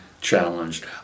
challenged